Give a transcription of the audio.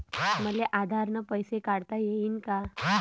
मले आधार न पैसे काढता येईन का?